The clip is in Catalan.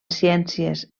ciències